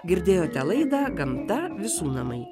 girdėjote laidą gamta visų namai